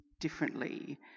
differently